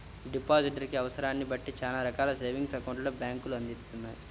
depositor కి అవసరాన్ని బట్టి చానా రకాల సేవింగ్స్ అకౌంట్లను బ్యేంకులు అందిత్తాయి